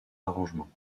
arrangements